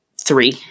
three